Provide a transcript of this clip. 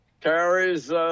carries